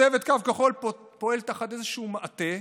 צוות קו כחול פועל תחת איזשהו מעטה,